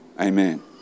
Amen